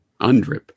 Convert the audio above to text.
Undrip